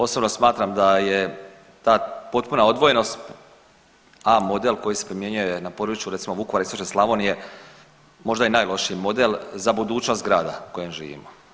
Osobno smatram da je ta potpuna odvojenost A model koji se primjenjuje na području recimo Vukovara, istočne Slavonije možda i najlošiji model za budućnost grada u kojem živim.